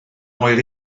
oer